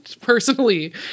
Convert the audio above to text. personally